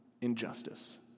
injustice